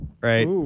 right